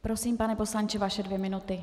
Prosím, pane poslanče, vaše dvě minuty.